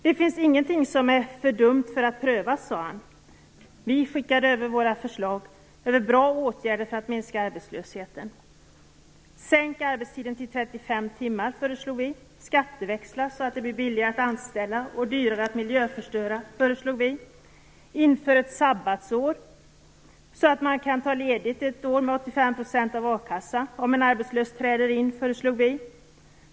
"Det finns ingenting som är för dumt för att prövas", sade han. Vi skickade över våra förslag till bra åtgärder för att minska arbetslösheten. Vi föreslog att man skulle sänka arbetstiden till 35 timmar. Skatteväxla så att det blir billigare att anställa och dyrare att miljöförstöra, föreslog vi. Inför ett sabbatsår så att man kan ta ledigt ett år med 85 % av a-kassan om en arbetslös träder in, föreslog vi.